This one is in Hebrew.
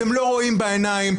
אתם לא רואים בעיניים.